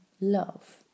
love